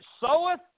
soweth